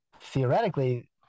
theoretically